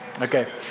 Okay